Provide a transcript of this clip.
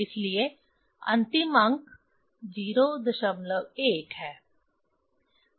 इसलिए अंतिम अंक मुखर शोर 01 है